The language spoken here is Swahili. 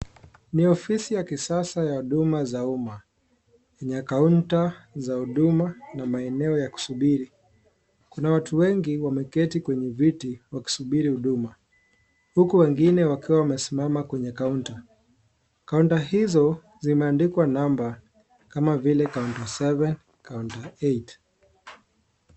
Ni ofisi ya kisasa ya Huduma za umma. mna kaunta za huduma maeneo ya kusubiri. Kuna watu wengi wameketi kwenye viti wakisubiri huduma huku wengine wakiwa wamesimama kwenye kaunta. Kaunta hizo zimeandikwa namba kama vile kaunta 7, kaunta 8.